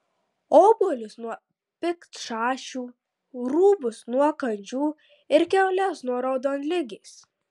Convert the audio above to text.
obuolius nuo piktšašių rūbus nuo kandžių ir kiaules nuo raudonligės